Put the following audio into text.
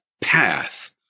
path